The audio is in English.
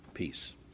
peace